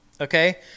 okay